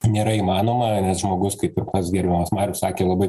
nėra įmanoma nes žmogus kaip ir pats gerbiamas marius sakė labai